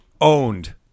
owned